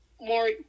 more